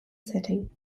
setting